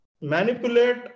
manipulate